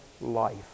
life